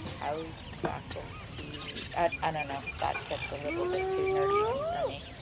how's magical tea? i don't know. that gets a little bit too nerd even for me.